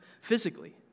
physically